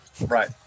Right